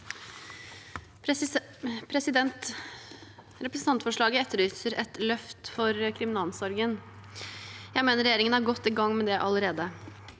Representantfor- slaget etterlyser et løft for kriminalomsorgen. Jeg mener regjeringen er godt i gang med det allerede.